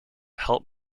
help